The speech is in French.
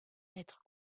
être